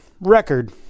record